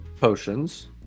potions